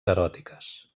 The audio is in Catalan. eròtiques